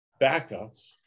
backups